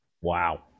Wow